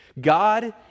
God